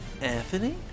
Anthony